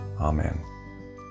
Amen